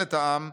מנהלת העם,